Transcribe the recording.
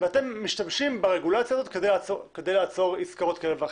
ואתם משתמשים ברגולציה הזאת כדי לעצור עסקאות כאלה ואחרות.